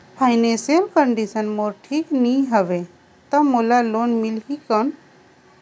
Financial condition मोर ठीक नी हवे तो मोला लोन मिल ही कौन??